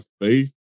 faith